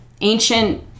ancient